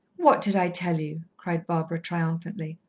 what did i tell you? cried barbara triumphantly.